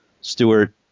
Stewart